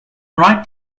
right